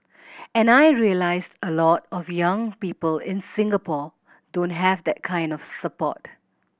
and I realised a lot of young people in Singapore don't have that kind of support